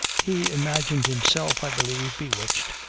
he imagined himself, i believe, bewitched,